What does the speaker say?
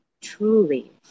truly